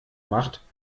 macht